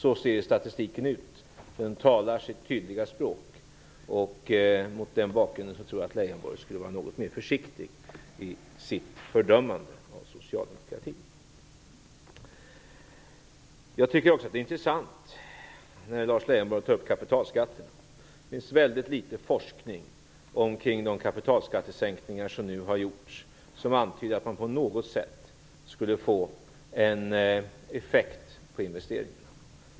Så ser statistiken ut. Den talar sitt tydliga språk. Mot den bakgrunden tror jag att Leijonborg skulle vara något mer försiktig i sitt fördömande av socialdemokratin. Jag tycker också att det är intressant att Lars Leijonborg tar upp kapitalskatten. Det finns väldigt litet forskning omkring de kapitalskattesänkningar som nu gjorts som antyder att man på något sätt skulle få en effekt på investeringarna.